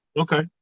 Okay